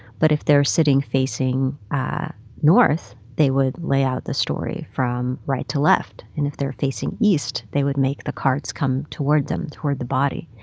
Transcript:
but if they were sitting facing north, they would lay out the story from right to left. and if they were facing east, they would make the cards come toward them, toward the body.